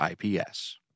ips